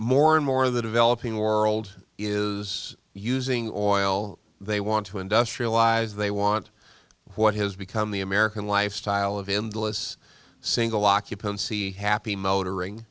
more and more of the developing world is using oil they want to industrialize they want what has become the american lifestyle of in the lis single occupancy happy motoring